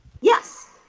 Yes